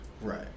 Right